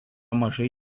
mažai